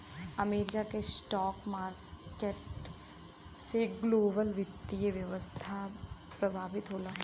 America के stock market से global वित्तीय व्यवस्था प्रभावित होला